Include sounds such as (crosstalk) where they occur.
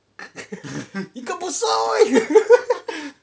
(laughs) ikan besar (laughs)